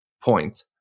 point